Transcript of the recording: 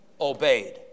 obeyed